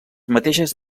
mateixes